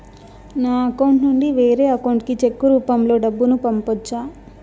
నా అకౌంట్ నుండి వేరే అకౌంట్ కి చెక్కు రూపం లో డబ్బును పంపొచ్చా?